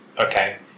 Okay